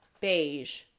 beige